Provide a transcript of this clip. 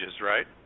right